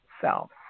self